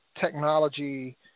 technology